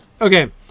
okay